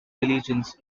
religions